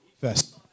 First